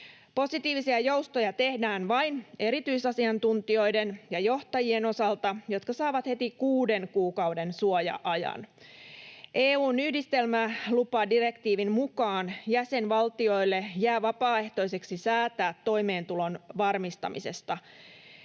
Positiivisia joustoja tehdään vain erityisasiantuntijoiden ja johtajien osalta, jotka saavat heti kuuden kuukauden suoja-ajan. EU:n yhdistelmälupadirektiivin mukaan jäsenvaltioille jää vapaaehtoiseksi säätää toimeentulon varmistamisesta.